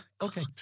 Okay